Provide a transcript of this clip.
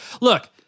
look